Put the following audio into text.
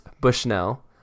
Bushnell